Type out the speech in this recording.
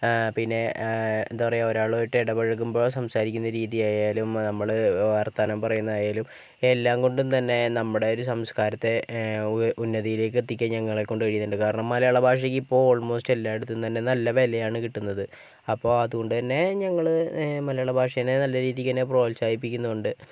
പിന്നെ എന്താ പറയുക ഒരാളുമായിട്ട് ഇടപഴകുമ്പോൾ സംസാരിക്കുന്ന രീതിയായാലും നമ്മള് വർത്താനം പറയുന്ന ആയാലും എല്ലാം കൊണ്ടും തന്നെ നമ്മുടെ ഒരുസംസ്കാരത്തെ ഉന്നതിയിലേക്ക് എത്തിക്കാൻ ഞങ്ങളെ കൊണ്ട് കഴിയുന്നുണ്ട് കാരണം മലയാള ഭാഷയ്ക്ക് ഇപ്പോൾ ഓൾമോസ്റ്റ് എല്ലായിടത്തും തന്നെ നല്ല വിലയാണ് കിട്ടുന്നത് അപ്പോൾ അതുകൊണ്ട് തന്നെ ഞങ്ങൾ മലയാളഭാഷേനെ നല്ല രീതിക്ക് തന്നെ പ്രോത്സാഹിപ്പിക്കുന്നുണ്ട്